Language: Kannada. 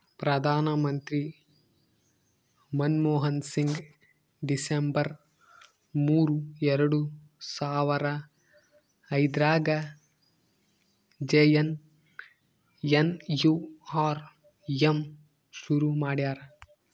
ಪ್ರಧಾನ ಮಂತ್ರಿ ಮನ್ಮೋಹನ್ ಸಿಂಗ್ ಡಿಸೆಂಬರ್ ಮೂರು ಎರಡು ಸಾವರ ಐದ್ರಗಾ ಜೆ.ಎನ್.ಎನ್.ಯು.ಆರ್.ಎಮ್ ಶುರು ಮಾಡ್ಯರ